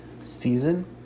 season